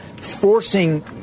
forcing